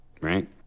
right